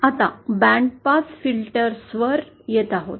आता band pass filters वर येत आहोत